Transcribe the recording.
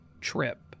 trip